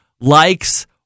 likes